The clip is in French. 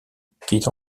quitte